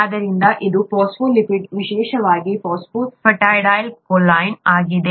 ಆದ್ದರಿಂದ ಇದು ಫಾಸ್ಫೋಲಿಪಿಡ್ ವಿಶೇಷವಾಗಿ ಫಾಸ್ಫಾಟಿಡಿಲ್ ಕೋಲಿನ್ ಆಗಿದೆ